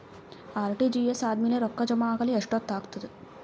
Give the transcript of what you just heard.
RTGS ಆದ್ಮೇಲೆ ರೊಕ್ಕ ಜಮಾ ಆಗಲು ಎಷ್ಟೊತ್ ಆಗತದ?